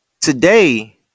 Today